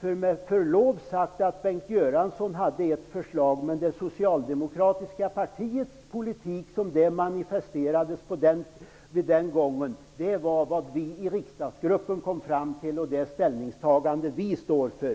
Bengt Göransson hade, med förlov sagt, ett förslag, men det socialdemokratiska partiets politik som den manifesterades den gången var vad vi i riksdagsgruppen kom fram till och det ställningstagande som vi stod för.